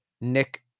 Nick